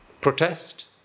Protest